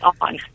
on